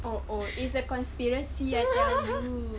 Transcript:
oh oh is a conspiracy I tell you